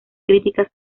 críticas